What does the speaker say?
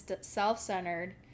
self-centered